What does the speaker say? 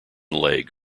leg